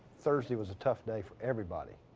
thursday was a tough day for everybody.